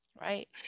right